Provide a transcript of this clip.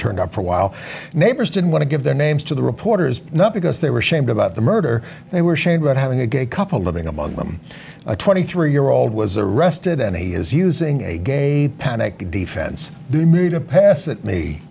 turned up for a while neighbors didn't want to give their names to the reporters not because they were ashamed about the murder they were shamed about having a gay couple living among them a twenty three year old was arrested and he is using a gay panic defense made a pass at me